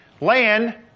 land